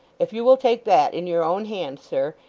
if you will take that in your own hand, sir,